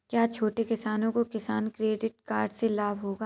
क्या छोटे किसानों को किसान क्रेडिट कार्ड से लाभ होगा?